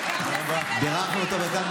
מזל טוב לשר ברקת.